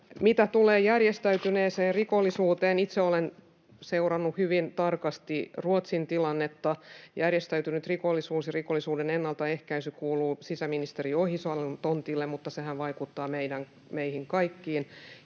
Mitä tulee järjestäytyneeseen rikollisuuteen, niin itse olen seurannut hyvin tarkasti Ruotsin tilannetta. Järjestäytynyt rikollisuus ja rikollisuuden ennaltaehkäisy kuuluu sisäministeri Ohisalon tontille, mutta sehän vaikuttaa meihin kaikkiin.